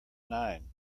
nine